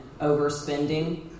overspending